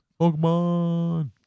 Pokemon